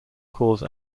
cause